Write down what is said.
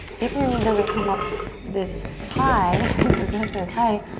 if your knee doesn't come up this high cause the hips are tight,